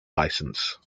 licence